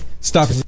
Stop